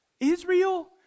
Israel